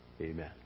Amen